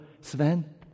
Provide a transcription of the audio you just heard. Sven